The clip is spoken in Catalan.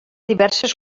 diverses